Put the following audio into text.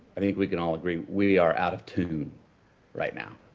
i think we can all agree, we are out of tune right now.